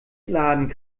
laden